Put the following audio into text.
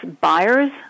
buyers